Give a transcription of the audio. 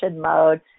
mode